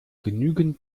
genügend